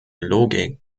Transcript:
logik